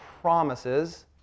promises